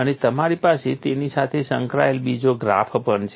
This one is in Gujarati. અને તમારી પાસે તેની સાથે સંકળાયેલ બીજો ગ્રાફ પણ છે